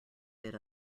bid